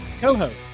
co-host